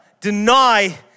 deny